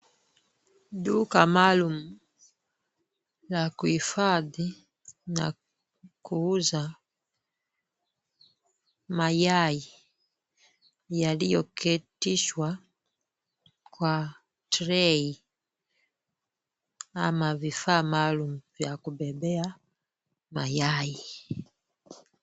Duka maalum, ya kuhifadhi na kuuza mayai yaliyoketishwa kwa tray ama vifaa maalum vya kubebea mayai